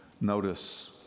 notice